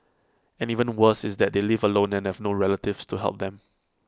and even worse is that they live alone and have no relatives to help them